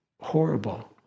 horrible